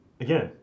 Again